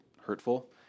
hurtful